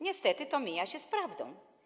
Niestety to mija się z prawdą.